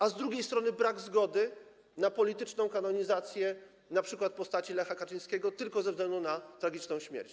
A z drugiej strony był brak zgody na polityczną kanonizację np. postaci Lecha Kaczyńskiego tylko ze względu na tragiczną śmierć.